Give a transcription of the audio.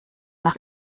nach